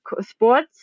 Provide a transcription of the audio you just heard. sports